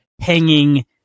hanging